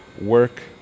work